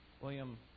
William